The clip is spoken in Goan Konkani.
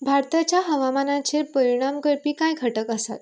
भारताच्या हवामानाचेर परिणाम करपी कांय घटक आसात